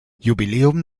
jubiläum